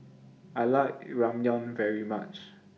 I like Ramyeon very much